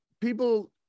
people